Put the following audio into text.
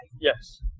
Yes